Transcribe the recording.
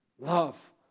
love